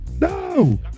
no